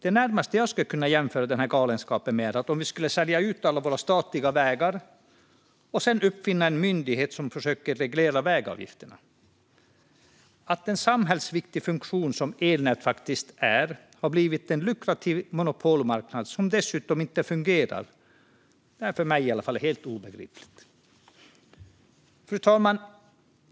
Det närmaste jag skulle kunna jämföra denna galenskap med är om vi skulle sälja ut alla våra statliga vägar och sedan uppfinna en myndighet som ska försöka reglera vägavgifterna. Att en samhällsviktig funktion, som elnät faktiskt är, har blivit en lukrativ monopolmarknad som dessutom inte fungerar är, i alla fall för mig, helt obegripligt. Fru talman!